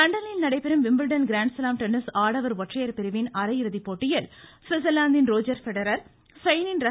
லண்டனில் நடைபெறும் Wimbledon grand slam tennis ஆடவர் ஒற்றையர் பிரிவின் அரையிறுதி போட்டியில் சுவிட்சர்லாந்தின் ரோஜர் பெடரர் ஸ்பெயினின் ர